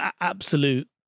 Absolute